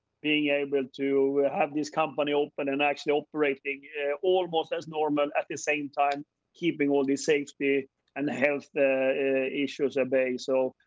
being able to have this company open and actually operating almost as normal, at the same time keeping all of the safety and health issues at bay. so,